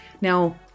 Now